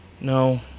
No